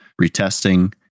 retesting